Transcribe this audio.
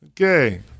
Okay